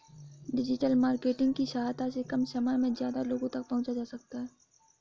digital marketing की सहायता से कम समय में ज्यादा लोगो तक पंहुचा जा सकता है